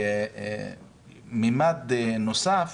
ממד נוסף